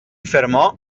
fermò